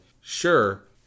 sure